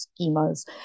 schemas